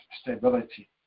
stability